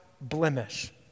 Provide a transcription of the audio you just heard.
blemish